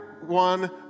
one